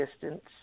distance